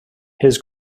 his